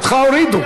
אותך הורידו.